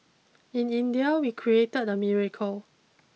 in India we created a miracle